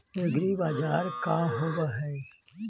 एग्रीबाजार का होव हइ?